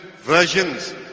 versions